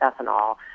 ethanol